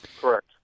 Correct